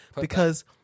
because-